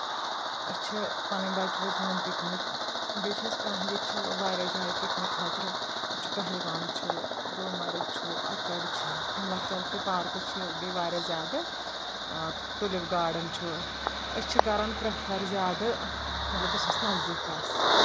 اَسۍ چھ پنِن بچہٕ وچہٕ نوان پکِنِک بیٚیہِ چھ اَسہِ کانٛہہ ییٚتۍ چھ واریاہ جایے پکِنِک خاطرٕ ییٚتہِ چھ پہلگام چھ گُلمرگ چھ اکڑ چھ یم لۄکچہ لۄکچہ پارکہ چھ واریاہ زیادٕ ٹولپ گاڑن چھ اَسۍ چھ کران پریفر زیادٕ مطلب یُس اسۍ نزدیٖک آسہِ